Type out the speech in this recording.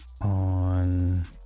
on